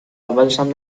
اولشم